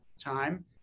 time